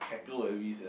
Checker and Risk ah